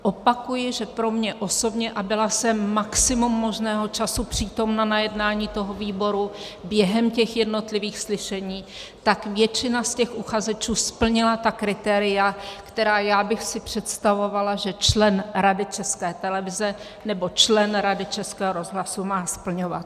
Opakuji, že pro mě osobně, a byla jsem maximum možného času přítomna na jednání výboru během jednotlivých slyšení, většina z uchazečů splnila kritéria, která já bych si představovala, že člen Rady České televize nebo člen Rady Českého rozhlasu má splňovat.